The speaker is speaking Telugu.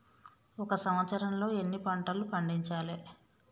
ఒక సంవత్సరంలో ఎన్ని పంటలు పండించాలే?